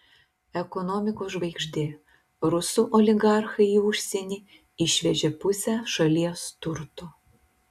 ekonomikos žvaigždė rusų oligarchai į užsienį išvežė pusę šalies turto